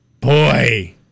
boy